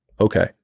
Okay